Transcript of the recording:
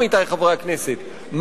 עמיתי חברי הכנסת,